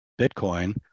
Bitcoin